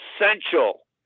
essential